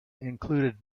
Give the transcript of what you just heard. include